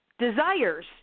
Desires